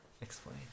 explain